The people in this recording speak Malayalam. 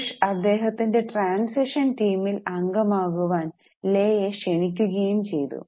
ബുഷ് അദ്ദേഹത്തിൻ്റെ ട്രാന്സിഷൻ ടീമിൽ അംഗം ആകുവാൻ ലെയേ ക്ഷണിക്കുകയും ചെയ്തു